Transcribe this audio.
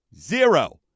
zero